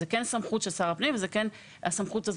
זו כן סמכות של שר הפנים והסמכות הזאת